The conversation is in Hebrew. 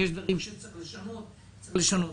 אם יש דברים שצריך לשנות אז צריך לשנות.